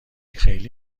خیلی